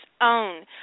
own